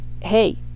hey